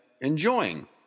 enjoying